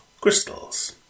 Crystals